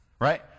Right